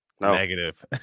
Negative